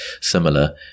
similar